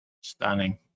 Stunning